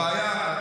הבעיה היא,